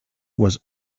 was